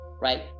right